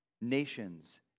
nations